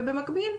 ובמקביל,